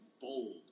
bold